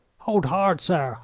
hold hard, sir!